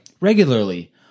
Regularly